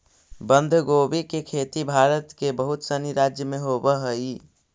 बंधगोभी के खेती भारत के बहुत सनी राज्य में होवऽ हइ